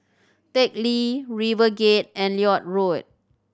Teck Lee RiverGate and Lloyd Road